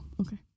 okay